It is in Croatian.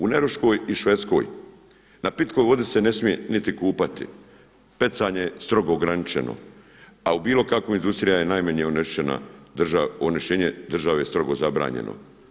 U Norveškoj i Švedskoj na pitkoj vodi se ne smije niti kupati, pecanje je strogo ograničeno a bilo kakva industrija je najmanje onečišćena, onečišćenje države je strogo zabranjeno.